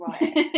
right